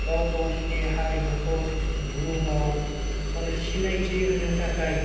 गाव गावसोरनि हारिमुखौ बुहुमाव माने सिनायथि होनो थाखाय